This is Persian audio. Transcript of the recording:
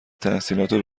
تحصیلاتو